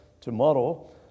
tomorrow